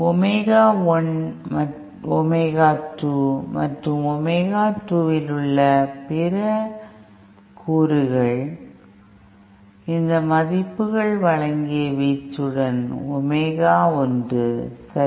omega 1 omega 2 மற்றும் omega 2 இல் உள்ள 2 பிற கூறுகள் இந்த மதிப்புகள் வழங்கிய வீச்சுடன் ஒமேகா ஒன்று சரி